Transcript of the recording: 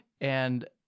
and-